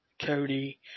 Cody